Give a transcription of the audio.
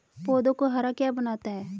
पौधों को हरा क्या बनाता है?